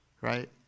right